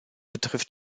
betrifft